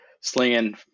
slinging